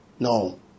No